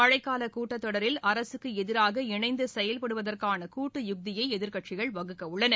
மழைக்கால கூட்டத்தொடரில் அரசுக்கு எதிராக இணைந்து செயல்படுவதற்கான கூட்டு யுத்தியை எதிர்க்கட்சிகள் வகுக்கவுள்ளன